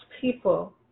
people